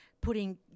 putting